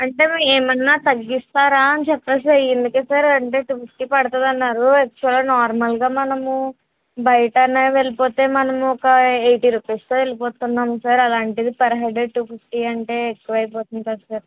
అంటే ఏమైనా తగ్గిస్తారా అని చెప్పేసి టు ఫిఫ్టీ పడుతుంది అన్నారు సో నార్మల్గా మనము బయటైనా వెళ్ళిపోతే మనము ఒక ఎయిటీ రూపీస్తో వెళ్ళిపోతున్నాము సార్ అలాంటిది పర్ హెడ్ టు ఫిఫ్టీ అంటే ఎక్కువైపోతుంది కద సార్